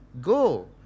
go